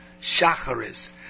Shacharis